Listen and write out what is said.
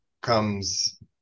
comes